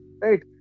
right